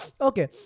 Okay